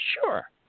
sure